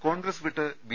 കോൺഗ്രസ് വിട്ട് ബി